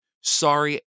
sorry